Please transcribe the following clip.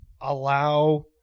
allow